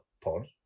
pod